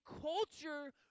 culture